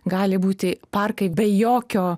gali būti parkai be jokio